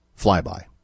flyby